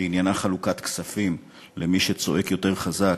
שעניינה חלוקת כספים למי שצועק יותר חזק,